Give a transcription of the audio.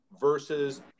versus